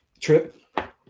trip